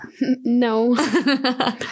No